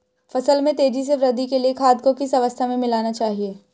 फसल में तेज़ी से वृद्धि के लिए खाद को किस अवस्था में मिलाना चाहिए?